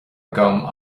agam